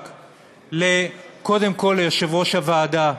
קודם כול ליושב-ראש הוועדה.